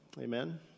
Amen